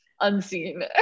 unseen